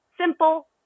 simple